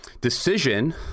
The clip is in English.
decision